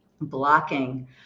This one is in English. blocking